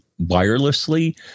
wirelessly